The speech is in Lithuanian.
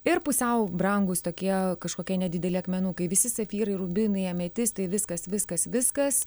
ir pusiau brangūs tokie kažkokie nedideli akmenukai visi safyrai rubinai ametistai viskas viskas viskas